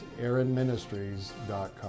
AaronMinistries.com